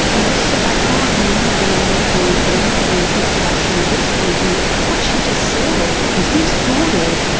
you know so i can't remember the number of times that i'm having people actually whispering to me, what has she just said? or, is this good? or,